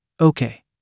Okay